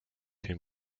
him